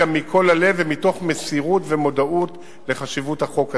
גם מכל הלב ומתוך מסירות ומודעות לחשיבותו של החוק הזה,